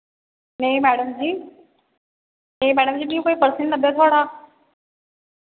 नेईं मैडम जी नेईं मैडम जी मी कोई पर्स नी लब्भेआ थुआढ़ा